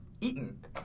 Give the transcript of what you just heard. eaten